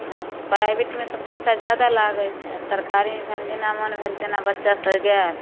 प्राइवेटमे तऽ पइसा जादा लागै हइ आओर सरकारीमे भेल जेना मोन भेल तेना बच्चासभ गेल